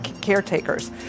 caretakers